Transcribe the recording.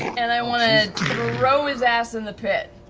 and i want to throw his ass in the pit.